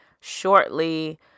shortly